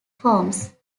forms